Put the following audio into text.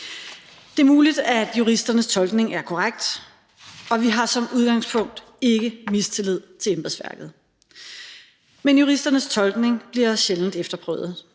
Det er muligt, at juristernes tolkning er korrekt, og vi har som udgangspunkt ikke mistillid til embedsværket. Men juristernes tolkning bliver sjældent efterprøvet.